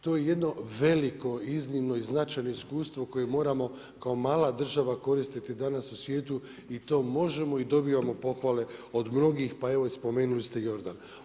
To je jedno veliko iznimno i značajno iskustvo koje moramo kao mala država koristiti danas u svijetu i to možemo i dobivamo pohvale od mnogih, pa evo spomenuli ste Jordan.